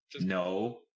no